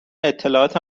اطلاعات